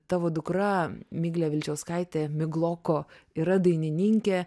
tavo dukra miglė vilčiauskaitė migloko yra dainininkė